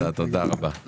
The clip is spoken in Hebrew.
תודה רבה, תודה תודה.